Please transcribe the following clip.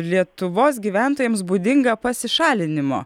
lietuvos gyventojams būdinga pasišalinimo